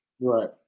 Right